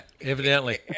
Evidently